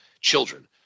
children